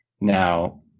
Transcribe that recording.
Now